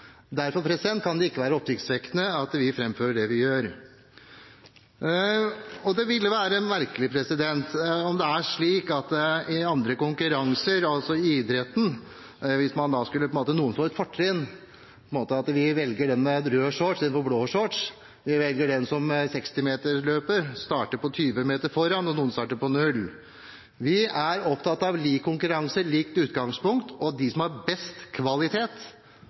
Derfor kan det ikke være oppsiktsvekkende at vi fremfører det vi gjør. Det ville være merkelig om det var slik i andre konkurranser, i idretten f.eks., at noen fikk et fortrinn – at vi velger den med rød shorts istedenfor den med blå shorts, eller at i et 60-meters løp starter noen 20 meter foran, og noen starter på null. Vi er opptatt av lik konkurranse, likt utgangspunkt, og de som har best kvalitet